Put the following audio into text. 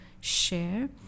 share